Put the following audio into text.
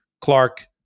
Clark